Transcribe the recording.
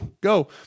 go